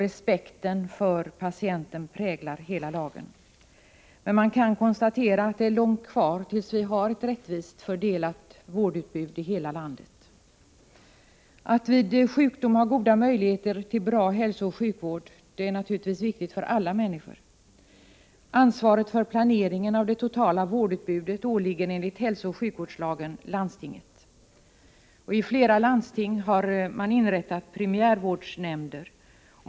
Respekten för patienten präglar hela lagen. Det kan dock konstateras att det är långt kvar innan vi har ett rättvist fördelat vårdutbud i hela landet. Att vid sjukdom ha goda möjligheter till en bra hälsooch sjukvård är naturligtvis viktigt för alla människor. Ansvaret för planeringen av det totala vårdutbudet åligger enligt hälsooch sjukvårdslagen landstingen. I flera landsting har man också inrättat primärvårdsnämnder.